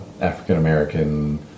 African-American